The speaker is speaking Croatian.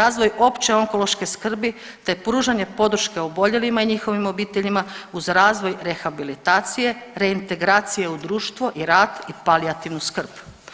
razvoj opće onkološke skrbi, te pružanje podrške oboljelima i njihovim obiteljima uz razvoj rehabilitacije, reintegracije u društvo i rad i palijativnu skrb.